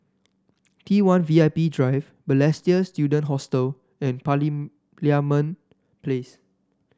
T one V I P Drive Balestier Student Hostel and Parliament Place